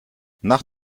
nach